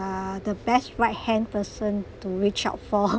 ah the best right hand person to reach out for